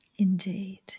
Indeed